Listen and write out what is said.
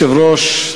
אדוני היושב-ראש,